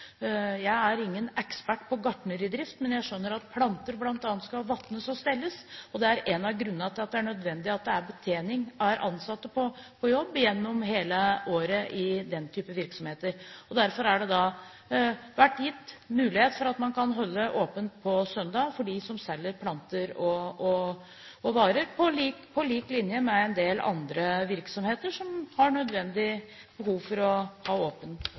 Jeg er ingen ekspert på gartneridrift, men jeg skjønner at planter bl.a. skal vannes og stelles, og det er en av grunnene til at det er nødvendig at det er ansatte på jobb gjennom hele året i den type virksomheter. Derfor har det vært gitt mulighet for å holde åpent på søndag for dem som selger planter, på lik linje med en del andre virksomheter som har behov for å ha